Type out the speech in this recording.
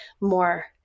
more